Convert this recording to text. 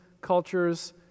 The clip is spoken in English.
cultures